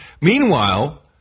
Meanwhile